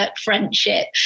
friendship